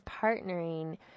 partnering